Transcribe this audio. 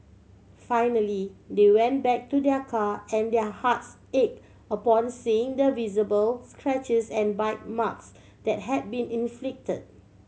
finally they went back to their car and their hearts ache upon seeing the visible scratches and bite marks that had been inflict